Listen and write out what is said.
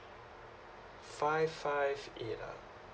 five five eight ah